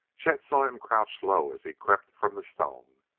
chet saw him crouch low as he crept from the stone.